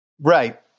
Right